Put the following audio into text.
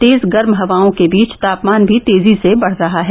तेज गर्म हवाओं के बीच तापमान भी तेजी से बढ़ रहा है